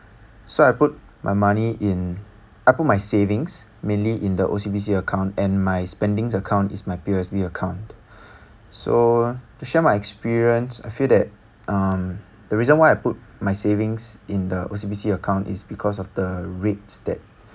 so I put money in I put my savings mainly in the O_C_B_C account and my spendings account is my P_O_S_B account so to share my experience I feel that um the reason why I put my savings in the O_C_B_C account is because of the rates that